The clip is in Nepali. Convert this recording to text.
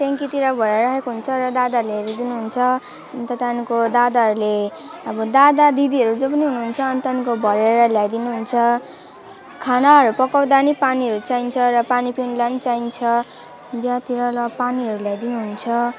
ट्याङ्कीतिर भराइराखेको हुन्छ र दादाहरूले हेरिदिनुहुन्छ अनि त्यहाँको दादाहरूले अब दादा दिदीहरू जो पनि हुनुहुन्छ अनि त्यहाँदेखिको भरेर ल्याइदिनुहुन्छ खानाहरू पकाउँदा नि पानीहरू चाहिन्छ र पानी पिउनुलाई नि चाहिन्छ बिहातिर ल पानीहरू ल्याइदिनुहुन्छ